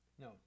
No